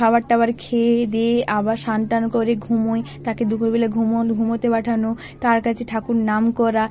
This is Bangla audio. খাবার টাবার খেয়ে দেয়ে আবার স্নান টান করে ঘুমোয় তাকে দুপুরবেলা ঘুমোতে পাঠানো তার কাছে ঠাকুর নাম করা